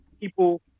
People